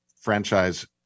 franchise